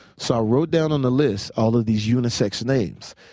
so i wrote down on the list all of these unisex names.